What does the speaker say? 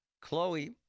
Chloe